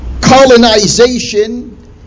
colonization